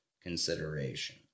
consideration